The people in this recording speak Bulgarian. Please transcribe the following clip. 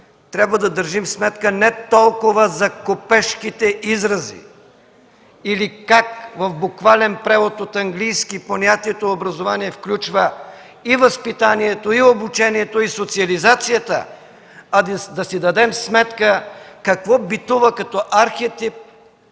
трябва да държим сметка не толкова за купешките изрази или как в буквален превод от английски понятието „образование” включва и възпитанието, и обучението, и социализацията, а да си дадем сметка какво битува като архетип,